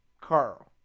carl